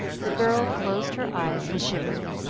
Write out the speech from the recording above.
the girl closed her eyes and shivered.